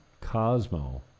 Cosmo